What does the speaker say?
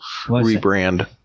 rebrand